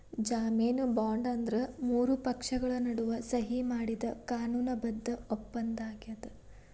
ಜಾಮೇನು ಬಾಂಡ್ ಅಂದ್ರ ಮೂರು ಪಕ್ಷಗಳ ನಡುವ ಸಹಿ ಮಾಡಿದ ಕಾನೂನು ಬದ್ಧ ಒಪ್ಪಂದಾಗ್ಯದ